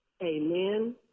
amen